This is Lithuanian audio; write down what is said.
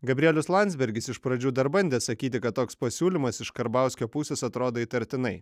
gabrielius landsbergis iš pradžių dar bandė sakyti kad toks pasiūlymas iš karbauskio pusės atrodo įtartinai